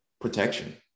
protection